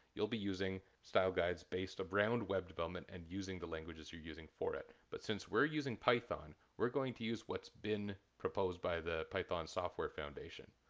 you'll be using style guides based around web development and using the languages you're using for it. but since we're using python, we're going to use what's been proposed by the python software foundation,